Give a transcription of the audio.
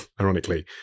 Ironically